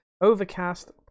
Overcast